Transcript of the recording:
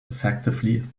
effectively